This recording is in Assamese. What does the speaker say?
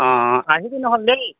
অ' আহিবি নহ'লে দেই